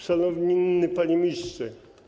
Szanowny Panie Ministrze!